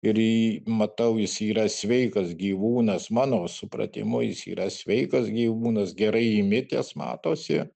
ir matau jis yra sveikas gyvūnas mano supratimu jis yra sveikas gyvūnas gerai įmitęs matosi